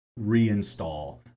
reinstall